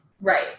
right